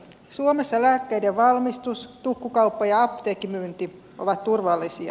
suomessa lääkkeiden valmistus tukkukauppa ja apteekkimyynti ovat turvallisia